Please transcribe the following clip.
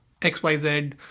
XYZ